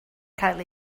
cael